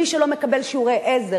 מי שלא מקבל שיעורי עזר,